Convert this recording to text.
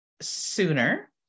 sooner